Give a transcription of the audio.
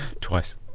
Twice